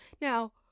Now